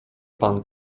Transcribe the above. pan